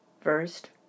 First